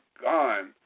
gone